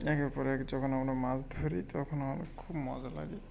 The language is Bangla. একের পর এক যখন আমরা মাছ ধরি তখনও আমার খুব মজা লাগে